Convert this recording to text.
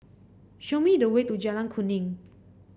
show me the way to Jalan Kuning